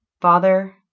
Father